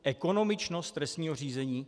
Ekonomičnost trestního řízení?